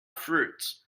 fruits